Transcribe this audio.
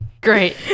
Great